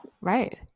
Right